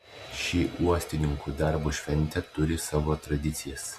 ši uostininkų darbo šventė turi savo tradicijas